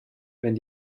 wenn